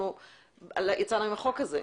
למה יצא החוק הזה,